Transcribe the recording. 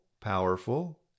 powerful